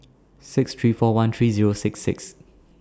six three four one three Zero six six